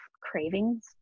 cravings